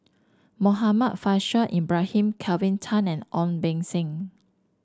Muhammad Faishal Ibrahim Kelvin Tan and Ong Beng Seng